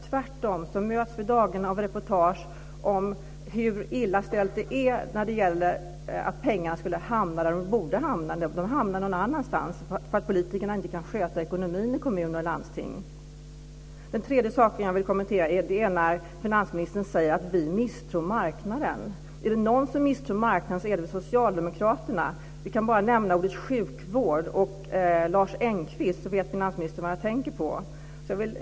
Tvärtom möts vi dagligen av reportage om hur illa ställt det är med det och att pengarna inte hamnar där de borde hamna. De hamnar någon annanstans därför att politikerna inte kan sköta ekonomin i kommuner och landsting. Det tredje som jag vill kommentera är att finansministern säger att vi misstror marknaden. Är det någon som misstror marknaden så är det väl socialdemokraterna. Vi kan bara nämna ordet sjukvård och Lars Engqvist så vet finansministern vad jag tänker på.